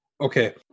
Okay